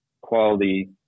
quality